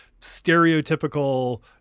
stereotypical